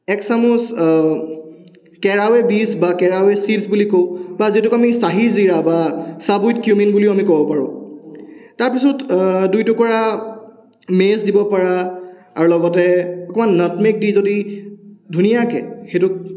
এক চামুচ কেৰাৱে বীজ বা কেৰাৱে চীডছ বুলি কওঁ বা যিটোক আমি চাহী জিৰা বা চাবুট কিউমিন বুলিও আমি ক'ব পাৰোঁ তাৰপিছত দুই টুকুৰা মে'চ দিব পাৰা আৰু লগতে অকণমান নাটমেগ দি যদি ধুনীয়াকৈ সেইটোক